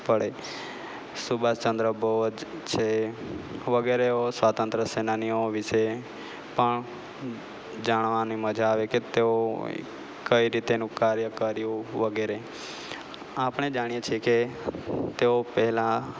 પડે સુભાશ ચંદ્ર બોઝ છે વગેરેઓ સ્વાતંત્ર સેનાનીઓ વિષે પણ જાણવાની મજા આવે કે તેઓએ કઈ રીતે એનું કાર્ય કર્યું વગેરે આપણે જાણીએ છીએ કે તેઓ પહેલાં